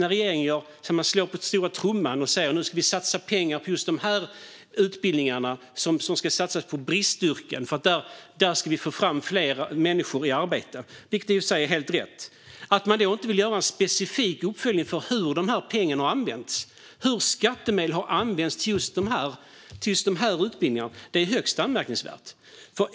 Regeringen slår på stora trumman och säger att man ska satsa pengar på vissa utbildningar inom bristyrken för att få fram fler människor som kan komma i arbete. Det är i sig helt rätt. Men att man inte vill göra en specifik uppföljning av hur dessa pengar använts - hur skattemedel har använts till just dessa utbildningar - är högst anmärkningsvärt.